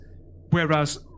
whereas